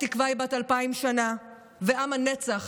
התקווה היא בת אלפיים שנה, ועם הנצח